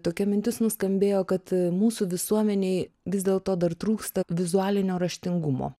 tokia mintis nuskambėjo kad mūsų visuomenei vis dėl to dar trūksta vizualinio raštingumo